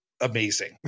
amazing